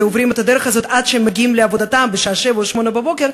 ועוברים את הדרך הזאת עד שהם מגיעים לעבודתם בשעה 07:00 או 08:00,